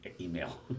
email